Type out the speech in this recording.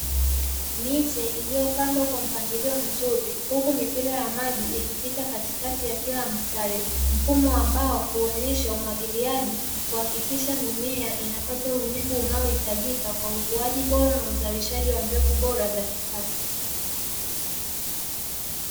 Miche iliyo pandwa kwa mpangilio mzuri huku mipira ya maji ikipita katikati ya kila mstari, mfumo ambao huonyesha umwagiliaji kuhakikisha mimea inapata unyevu unao hitajika kwa ukuaji bora na uzarishaji wa mbegu bora za kisasa.